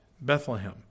Bethlehem